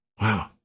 Wow